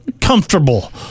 comfortable